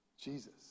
Jesus